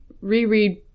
reread